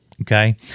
Okay